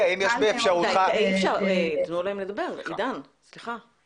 אי אפשר, תנו להם לדבר, עידן, סליחה.